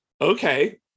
okay